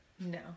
No